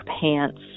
pants